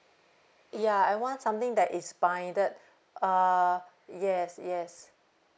ya I want something that is binded uh yes yes